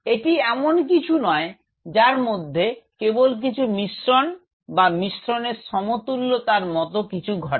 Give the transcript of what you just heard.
এটি এমন কিছু নয় যার মধ্যে কেবল কিছু মিশ্রণ বা মিশ্রণ এর সমতুল্লতার মত কিছু ঘটে